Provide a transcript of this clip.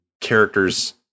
characters